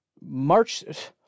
March